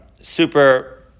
super